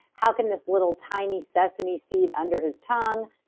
how can this little tiny sesame seed under his tongue.